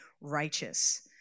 righteous